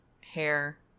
hair